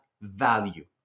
value